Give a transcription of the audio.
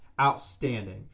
outstanding